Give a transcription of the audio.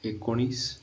एकोणीस